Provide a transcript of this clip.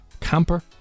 Camper